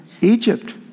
Egypt